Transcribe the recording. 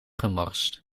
gemorst